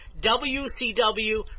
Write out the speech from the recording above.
WCW